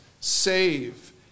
save